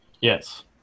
yes